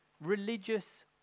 religious